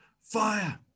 fire